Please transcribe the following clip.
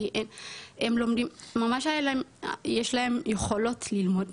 כי יש להם יכולות ללמוד,